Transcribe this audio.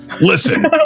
Listen